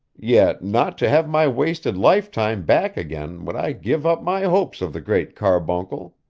yet not to have my wasted lifetime back again would i give up my hopes of the great carbuncle!